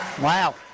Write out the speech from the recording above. Wow